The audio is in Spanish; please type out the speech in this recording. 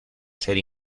ser